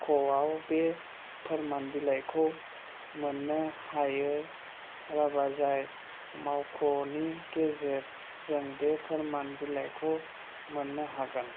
ख'आव बे फोरमान बिलाइखौ मोन्नो हायो राबा जाय मावख'नि गेजेर जों बे फोरमान बिलाइखौ मोन्नो हागोन